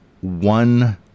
one